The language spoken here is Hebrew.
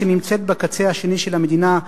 שנמצאת בקצה השני של המדינה,